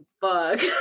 bug